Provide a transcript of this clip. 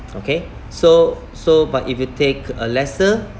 okay so so but if you take a lesser